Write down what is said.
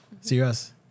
Serious